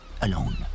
alone